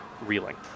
reeling